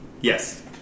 Yes